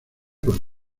con